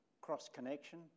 cross-connection